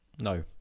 No